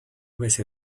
besé